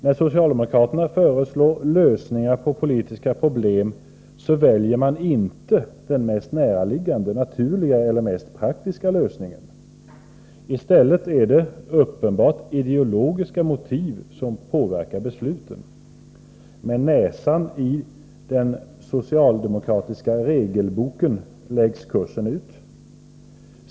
När socialdemokraterna föreslår lösningar på politiska problem väljer de inte den mest näraliggande, naturliga eller praktiska lösningen. I stället är det uppenbart ideologiska motiv som påverkar besluten. Med näsan i den socialdemokratiska regelboken läggs kursen ut.